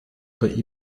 bei